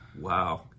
Wow